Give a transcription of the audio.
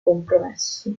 compromesso